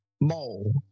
Mole